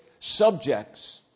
subjects